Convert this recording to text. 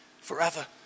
forever